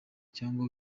cyangwa